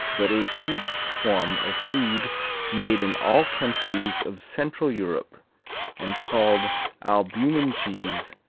but a cheap form of food made in all countries of central europe and called albumin cheese,